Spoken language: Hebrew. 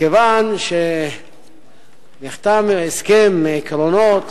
מכיוון שנחתם הסכם עקרונות